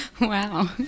Wow